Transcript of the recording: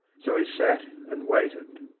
so he sat, and waited.